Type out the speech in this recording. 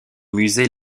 musée